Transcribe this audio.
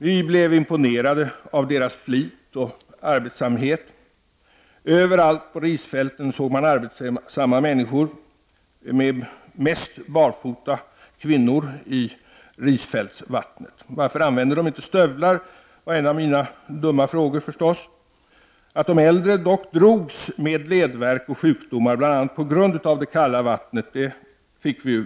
Vi blev imponerade av deras flit och arbetsamhet. Överallt på risfälten såg man arbetsamma människor, mest kvinnor som arbetade barfota i risfältsvattnet. Varför använder de inte stövlar, var en av mina dumma frågor. Men vi fick veta att de hellre drogs med ledvärk och sjukdomar orsakade av det kalla vattnet.